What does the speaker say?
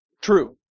True